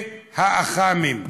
אח"מים.